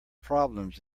problems